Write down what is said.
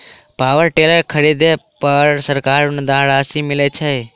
Power tiller खरीदे पर सरकारी अनुदान राशि मिलय छैय?